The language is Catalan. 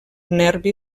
nervi